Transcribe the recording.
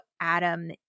Adam